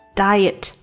diet